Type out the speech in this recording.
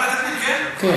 ועדת הפנים, כן.